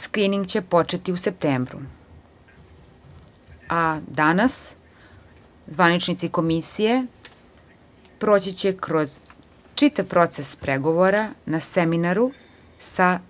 U međuvremenu, skrining će početi u septembru, a danas zvaničnici komisije proći će kroz čitav proces pregovora na seminaru sa